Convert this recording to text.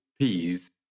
peas